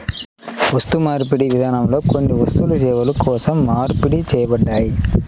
వస్తుమార్పిడి విధానంలో కొన్ని వస్తువులు సేవల కోసం మార్పిడి చేయబడ్డాయి